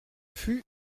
fut